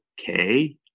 okay